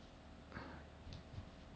if I play Y_S_S or roger can lah